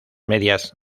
medias